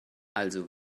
also